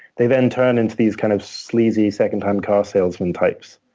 they then turn into these kind of sleazy secondhand car salesman types.